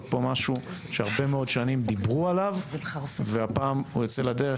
כאן משהו שהרבה מאוד שנים דיברו עליו והפעם הוא יוצא לדרך.